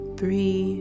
three